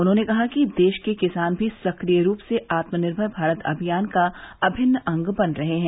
उन्होंने कहा कि देश के किसान मी सक्रिय रूप से आत्मनिर्भर भारत अभियान का अभिन्न अंग बन रहे हैं